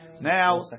Now